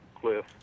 Cliff